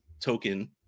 token